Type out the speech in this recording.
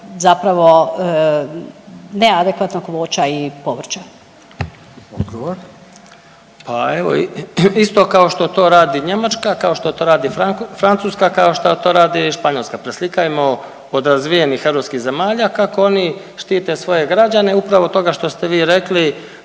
(Socijaldemokrati)** Pa evo isto kao što to radi Njemačka, kao što to radi Francuska, kao šta to radi Španjolska. Preslikajmo od razvijenih europskih zemalja kako oni štite svoje građane upravo od toga što ste vi rekli,